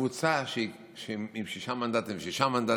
קבוצה עם שישה מנדטים ושישה מנדטים,